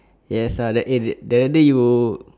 yes I will eat it that day you